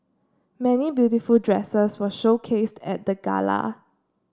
many beautiful dresses were showcased at the gala